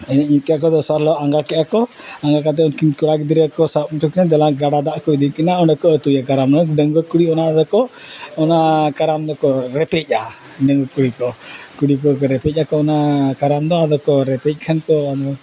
ᱮᱱᱮᱡ ᱮᱱᱛᱮ ᱠᱚ ᱫᱚᱥᱟᱨ ᱦᱤᱞᱳᱜ ᱟᱸᱜᱟ ᱠᱮᱫᱼᱟ ᱠᱚ ᱟᱸᱜᱟ ᱠᱟᱛᱮᱫ ᱩᱱᱠᱤᱱ ᱠᱚᱲᱟ ᱜᱤᱫᱽᱨᱟᱹ ᱠᱚ ᱥᱟᱵ ᱦᱚᱪᱚ ᱠᱤᱱᱟ ᱫᱮᱞᱟ ᱜᱟᱰᱟ ᱫᱟᱜ ᱠᱚ ᱤᱫᱤ ᱠᱤᱱᱟ ᱚᱸᱰᱮ ᱠᱚ ᱟᱹᱛᱩᱭᱟ ᱠᱟᱨᱟᱢ ᱱᱚᱣᱟ ᱫᱚ ᱰᱟᱺᱜᱩᱣᱟᱹ ᱠᱩᱲᱤ ᱚᱱᱟ ᱫᱚᱠᱚ ᱚᱱᱟ ᱠᱟᱨᱟᱢ ᱫᱚᱠᱚ ᱨᱮᱯᱮᱡᱼᱟ ᱰᱟᱺᱜᱩᱣᱟᱹ ᱠᱩᱲᱤ ᱠᱚ ᱠᱩᱲᱤ ᱠᱚ ᱨᱮᱯᱮᱡ ᱟᱠᱚ ᱚᱱᱟ ᱠᱟᱨᱟᱢ ᱫᱚ ᱟᱫᱚ ᱠᱚ ᱨᱮᱯᱮᱡ ᱠᱷᱟᱱ ᱠᱚ ᱟᱫᱚ